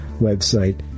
website